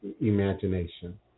imagination